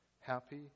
happy